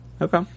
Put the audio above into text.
Okay